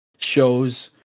shows